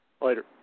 Later